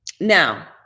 now